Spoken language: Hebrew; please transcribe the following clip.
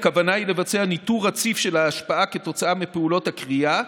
הכוונה היא לבצע ניטור רציף של ההשפעה של פעולות הכרייה,